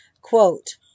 Quote